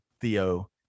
Theo